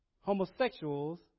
homosexuals